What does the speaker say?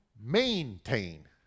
maintain